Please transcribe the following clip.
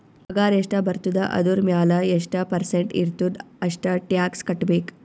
ಪಗಾರ್ ಎಷ್ಟ ಬರ್ತುದ ಅದುರ್ ಮ್ಯಾಲ ಎಷ್ಟ ಪರ್ಸೆಂಟ್ ಇರ್ತುದ್ ಅಷ್ಟ ಟ್ಯಾಕ್ಸ್ ಕಟ್ಬೇಕ್